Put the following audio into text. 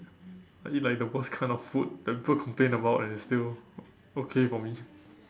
I eat like the worst kind of food that people complain about and it's still okay for me